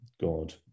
God